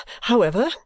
however